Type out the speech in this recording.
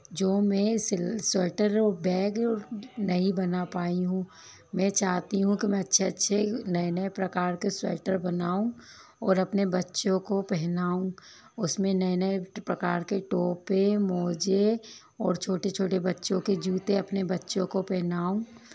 जो मैं sweater bag नहीं बना पाई हूँ मैं चाहती हूँ कि मैं अच्छे अच्छे नए नए प्रकार के स्वेटर बनाऊं और अपने बच्चों को पहनाऊं उसमें नए नए प्रकार के टोपे मोजे और छोटे छोटे बच्चों के जूते अपने बच्चों को पहनाऊं